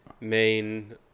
main